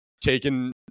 taken